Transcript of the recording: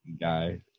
guy